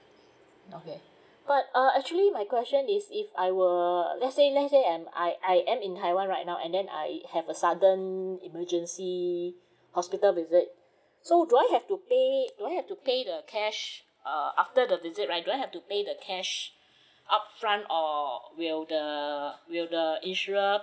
okay but uh actually my question is if I were let say let say am I I am in taiwan right now and then I have a sudden emergency hospital visit so do I have to pay do I have to pay the cash uh after the visit right do I have to pay the cash upfront or will the will the insurance